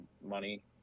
money